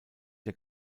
der